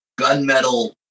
gunmetal